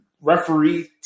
referee